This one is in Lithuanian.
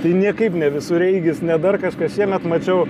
tai niekaip ne visureigis ne dar kažkas šiemet mačiau